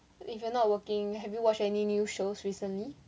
if you're not working have you watched any new shows recently